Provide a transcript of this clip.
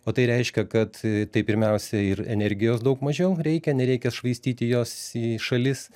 o tai reiškia kad tai pirmiausia ir energijos daug mažiau reikia nereikia švaistyti jos į šalis